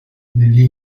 degli